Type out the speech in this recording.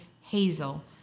Hazel